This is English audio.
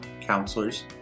counselors